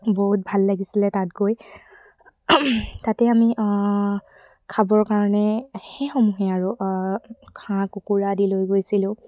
বহুত ভাল লাগিছিলে তাত গৈ তাতে আমি খাবৰ কাৰণে সেইসমূহে আৰু হাঁহ কুকুৰা আদি লৈ গৈছিলোঁ